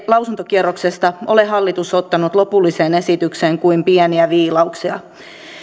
lausuntokierroksesta ole hallitus ottanut lopulliseen esitykseen kuin pieniä viilauksia